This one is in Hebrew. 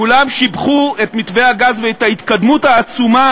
וכולם שיבחו את מתווה הגז ואת ההתקדמות העצומה